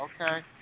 okay